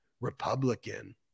Republican